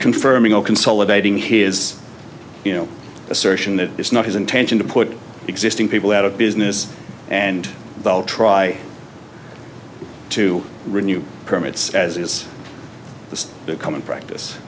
confirming or consolidating his you know assertion that it's not his intention to put existing people out of business and try to renew permits as is this common practice